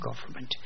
government